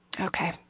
Okay